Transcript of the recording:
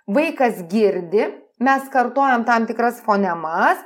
vaikas girdi mes kartojam tam tikras fonemas